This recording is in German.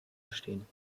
bestehen